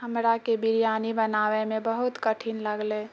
हमराके बिरयानी बनाबैमे बहुत कठिन लगलै